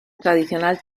tradicional